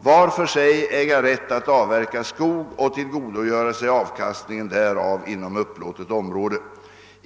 var för sig äga rätt att avverka skog och tillgodogöra sig avkastningen därav inom upplåtet område.